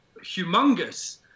humongous